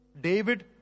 David